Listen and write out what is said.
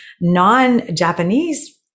non-Japanese